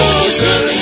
ocean